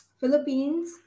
Philippines